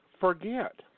forget